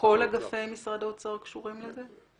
כל אגפי משרד האוצר קשורים לזה?